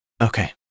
Okay